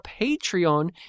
Patreon